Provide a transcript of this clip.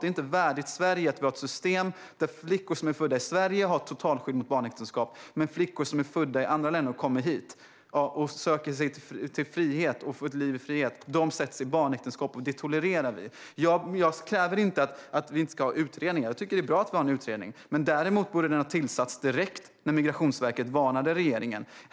Det är inte värdigt Sverige att vi har ett system där flickor som är födda i Sverige har ett totalskydd mot barnäktenskap, medan flickor som är födda i andra länder och kommer hit och söker sig till ett liv i frihet sätts i barnäktenskap. Detta tolererar vi. Jag kräver inte att vi inte ska utredningar. Jag tycker att det är bra att vi har en utredning. Däremot borde den ha tillsatts direkt när Migrationsverket varnade regeringen.